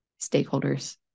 stakeholders